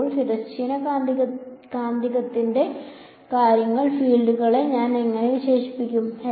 അപ്പോൾ തിരശ്ചീന കാന്തികത്തിന്റെ കാര്യത്തിൽ ഫീൽഡുകളെ ഞാൻ എങ്ങനെ വിശേഷിപ്പിക്കും